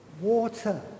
water